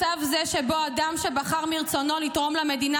מצב זה שבו אדם שבחר מרצונו לתרום למדינה